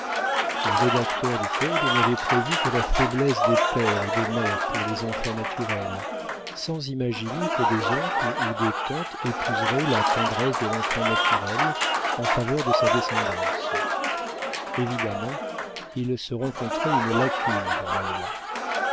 les rédacteurs du code n'avaient prévu que la faiblesse des pères et des mères pour les enfants naturels sans imaginer que des oncles ou des tantes épouseraient la tendresse de l'enfant naturel en faveur de sa descendance évidemment il se rencontrait une lacune dans la loi